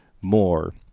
more